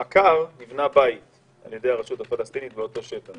עקר, נבנה בית על ידי הרשות הפלסטינית באותו שטח.